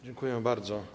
Dziękuję bardzo.